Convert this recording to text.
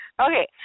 okay